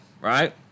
right